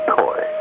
toy